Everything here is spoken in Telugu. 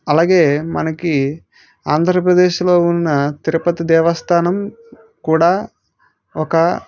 అలాగే మనకి ఆంధ్రప్రదేశ్లో ఉన్న తిరుపతి దేవస్థానం కూడా ఒక